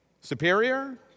Superior